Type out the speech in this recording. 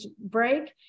break